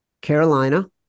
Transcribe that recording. Carolina